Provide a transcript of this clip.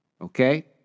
Okay